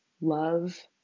love